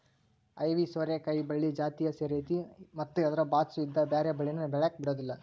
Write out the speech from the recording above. ಐವಿ ಸೋರೆಕಾಯಿ ಬಳ್ಳಿ ಜಾತಿಯ ಸೇರೈತಿ ಮತ್ತ ಅದ್ರ ಬಾಚು ಇದ್ದ ಬ್ಯಾರೆ ಬಳ್ಳಿನ ಬೆಳ್ಯಾಕ ಬಿಡುದಿಲ್ಲಾ